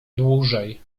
dłużej